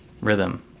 rhythm